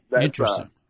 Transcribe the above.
Interesting